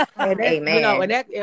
Amen